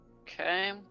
Okay